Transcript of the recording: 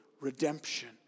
redemption